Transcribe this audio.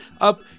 up